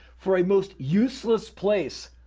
for a most useless place.